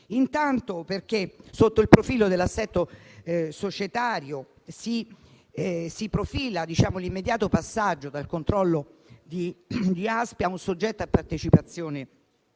luogo perché sotto il profilo dell'assetto societario si profila l'immediato passaggio dal controllo di ASPI ad un soggetto partecipato, come